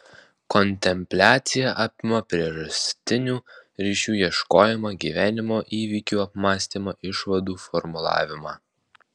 kontempliacija apima priežastinių ryšių ieškojimą gyvenimo įvykių apmąstymą išvadų formulavimą